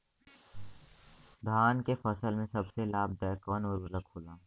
धान के फसल में सबसे लाभ दायक कवन उर्वरक होला?